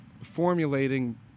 formulating